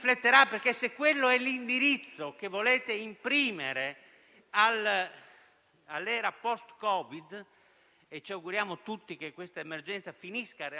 nel momento in cui la pandemia sarà superata.